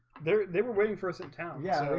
there they were waiting for us in town yeah